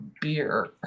beer